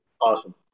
Awesome